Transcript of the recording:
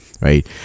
right